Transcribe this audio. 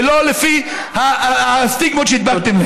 ולא לפי הסטיגמות שהדבקתם להם.